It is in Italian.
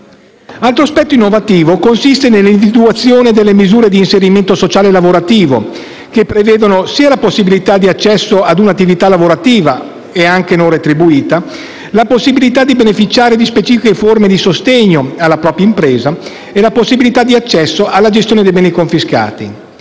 Altro aspetto innovativo consiste nell'individuazione delle misure di reinserimento sociale lavorativo, che prevedono la possibilità di accesso a un'attività lavorativa anche non retribuita, la possibilità di beneficiare di specifiche forme di sostegno alla propria impresa e la possibilità di accesso alla gestione di beni confiscati.